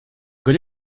good